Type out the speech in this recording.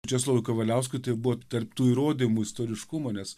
česlovui kavaliauskui tai buvo tarp tų įrodymų istoriškumo nes